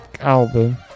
album